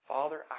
Father